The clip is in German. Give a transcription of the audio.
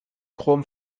chrome